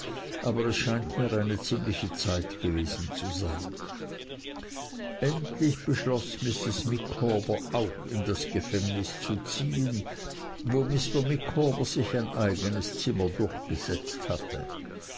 aber es scheint eine ziemliche zeit gewesen zu sein endlich beschloß mrs micawber auch in das gefängnis zu ziehen wo mr micawber sich ein eignes zimmer durchgesetzt hatte